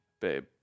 Babe